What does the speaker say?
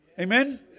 Amen